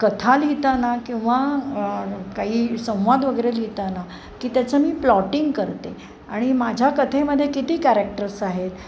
कथा लिहिताना किंवा काही संवाद वगैरे लिहिताना की त्याचं मी प्लॉटिंग करते आणि माझ्या कथेमध्ये किती कॅरेक्टर्स आहेत